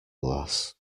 glass